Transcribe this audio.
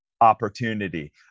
opportunity